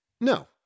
no